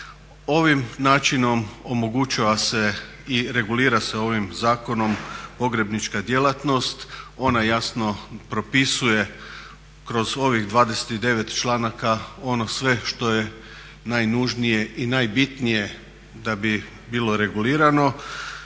Ovim načinom omogućava se i regulira se ovim zakonom pogrebnička djelatnost, ona jasno propisuje kroz ovih 29 članaka ono sve što je najnužnije i najbitnije da bi bilo regulirano